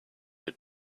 your